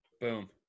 Boom